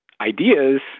ideas